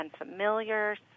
unfamiliar